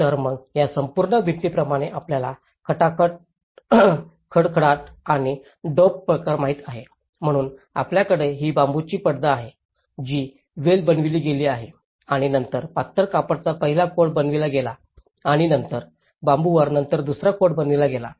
तर मग या संपूर्ण भिंतीप्रमाणे आपल्याला खडखडाट आणि डौब प्रकार माहित आहे म्हणून आपल्याकडे ही बांबूची पडदा आहे जी वेल बनविली गेली आहे आणि नंतर पातळ कापडाचा पहिला कोट बनविला गेला आणि नंतर बांबूवर नंतर दुसरा कोट बनविला गेला